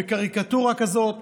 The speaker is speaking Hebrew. בקריקטורה כזאת,